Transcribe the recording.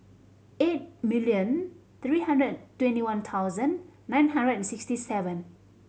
eight million three hundred and twenty one thousand nine hundred and sixty seven